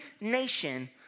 nation